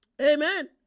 Amen